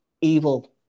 evil